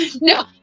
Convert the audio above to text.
No